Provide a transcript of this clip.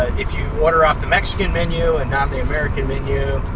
if you order off the mexican menu and not the american menu,